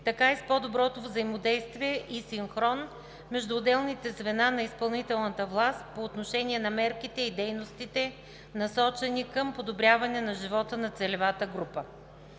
така и с по-доброто взаимодействие и синхрон между отделните звена на изпълнителната власт по отношение на мерките и дейностите, насочени към подобряване на живота на целевата група.